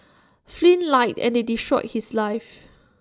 Flynn lied and they destroyed his life